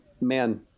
man